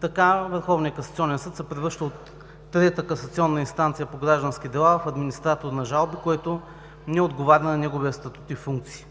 Така Върховният касационен съд се превръща от трета касационна инстанция по граждански дела в администратор на жалбите, което не отговаря на неговия статут и функции.